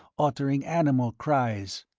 uttering animal cries.